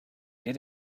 did